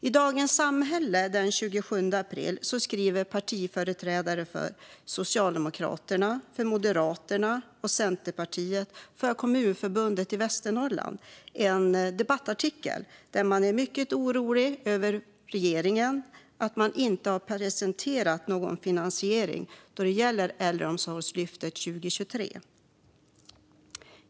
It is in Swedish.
I Dagens Samhälle den 27 april skriver partiföreträdare för Socialdemokraterna, Moderaterna och Centerpartiet från Kommunförbundet i Västernorrland en debattartikel där man är mycket orolig över att regeringen inte har presenterat någon finansiering av Äldreomsorgslyftet för 2023.